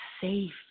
safe